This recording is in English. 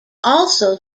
also